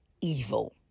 evil